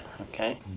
okay